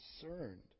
concerned